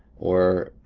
or